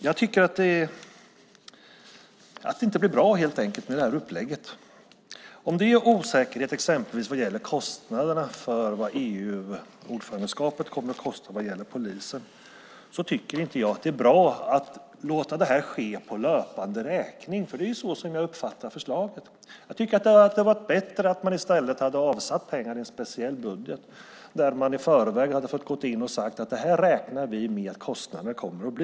Herr talman! Jag tycker inte att det blev bra med det här upplägget. Om det är osäkerhet om exempelvis kostnaderna för polisen under EU-ordförandeskapet är det inte bra att låta de gå på löpande räkning. Det är som jag uppfattar förslaget. Det hade varit bättre om man i stället hade avsatt pengar i en speciell budget där man i förväg hade sagt: Det här räknar vi med att kostnaderna kommer att bli.